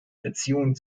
beziehungen